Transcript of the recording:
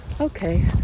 Okay